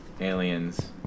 aliens